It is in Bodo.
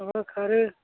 माबा खारो